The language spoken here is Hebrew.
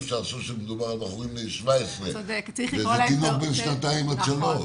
ואפשר לחשוב שמדובר על בחורים בני 17. זה תינוק בן שנתיים עד שלוש.